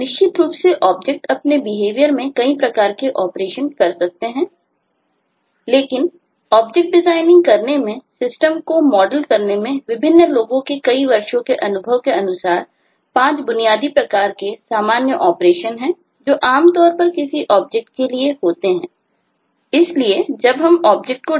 अब निश्चित रूप से ऑब्जेक्ट